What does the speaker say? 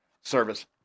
service